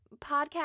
podcast